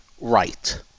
right